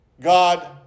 God